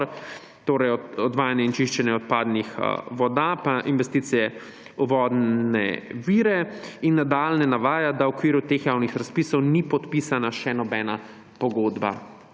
torej odvajanje in čiščenje odpadnih voda in investicije v vodne vire, in nadalje navaja, da v okviru teh javnih razpisov ni podpisana še nobena pogodba